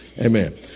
Amen